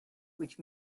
which